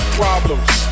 problems